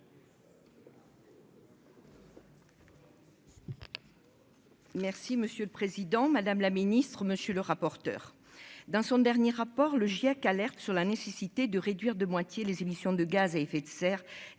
Merci monsieur le président, madame la ministre, monsieur le rapporteur dans son dernier rapport, le GIEC alerte sur la nécessité de réduire de moitié les émissions de gaz à effet de serre